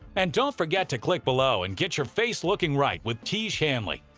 and don't forget to click below and get your face looking right with tiege hanely.